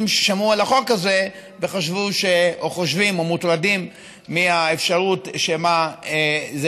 ששמעו על החוק הזה וחשבו או חושבים או מוטרדים מהאפשרות שמא זה